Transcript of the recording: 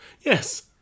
Yes